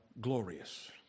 glorious